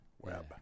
web